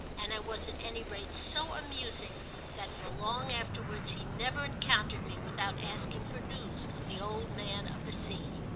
and i was at any rate so amusing that for long afterwards he never encountered me without asking for news of the old man of the sea.